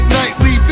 nightly